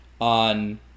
on